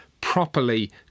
properly